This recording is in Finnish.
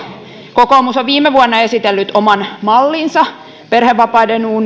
kokoomus on viime vuonna esitellyt oman mallinsa perhevapaiden